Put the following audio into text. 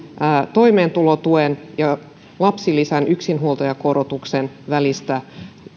toimeentulotuen ja lapsilisän yksinhuoltajakorotuksen välistä